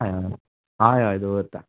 हय हय दवरता